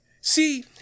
See